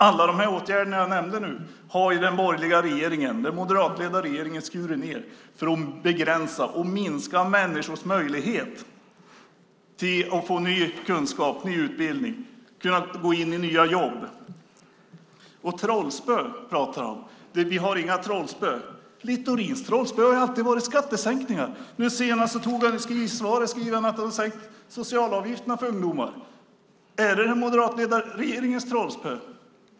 Alla de saker jag nämnde har den borgerliga moderatledda regeringen skurit ned på för att begränsa och minska människors möjlighet att få ny kunskap, ny utbildning och nya jobb. Littorin sade: Vi har inget trollspö. Littorins trollspö har alltid varit skattesänkningar. Nu senast var det sänkta socialavgifter för ungdomar. Är det den moderatledda regeringens trollspö?